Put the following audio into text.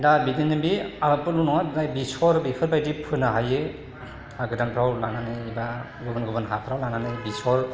दा बिदिनो बे आबादफोरल' नङा फ्राय बेसर बेफोरबायदि फोनो हायो हा गोदानफोराव लांनानै एबा गुबुन गुबुन हाफोराव लानानै बेसर